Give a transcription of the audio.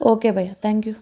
okay భయ్యా thank you